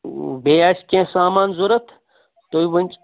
بیٚیہِ آسہِ کیٚنٛہہ سامان ضروٗرت تُہۍ ؤِنۍ